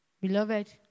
Beloved